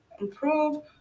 improve